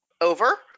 over